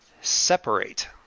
separate